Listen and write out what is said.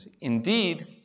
Indeed